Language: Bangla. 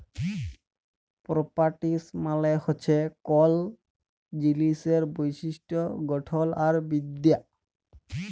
পরপার্টিস মালে হছে কল জিলিসের বৈশিষ্ট গঠল আর বিদ্যা